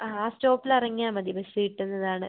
ആ ആ സ്റ്റോപ്പിൽ ഇറങ്ങിയാൽ മതി ബസ് കിട്ടുന്നതാണ്